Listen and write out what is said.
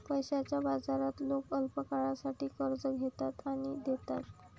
पैशाच्या बाजारात लोक अल्पकाळासाठी कर्ज घेतात आणि देतात